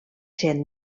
sent